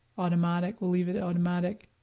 automatic, we'll leave it automatic.